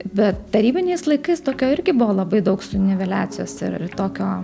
bet tarybiniais laikais tokio irgi buvo labai daug su niveliacijos ir tokio